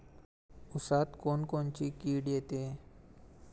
ऊसात कोनकोनची किड येते?